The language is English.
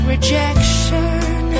rejection